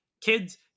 kids